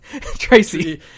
tracy